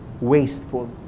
wasteful